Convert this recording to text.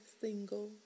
single